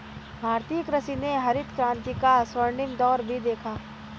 भारतीय कृषि ने हरित क्रांति का स्वर्णिम दौर भी देखा